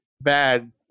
bad